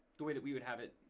the way that we would have it,